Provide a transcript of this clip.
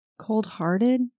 cold-hearted